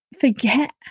forget